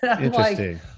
Interesting